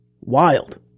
Wild